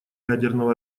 ядерного